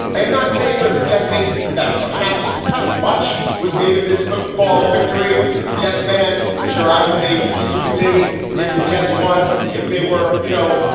i am not saying or suggesting that perhaps too much was made of this football victory as a jets fan. i'm sure i would say stupid things if the jets won, if they were, you know,